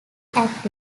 active